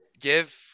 Give